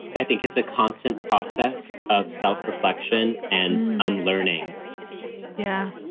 i think it's a constant process of self reflection, and unlearning yeah.